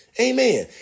Amen